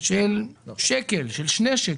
של שקל, של שני שקלים.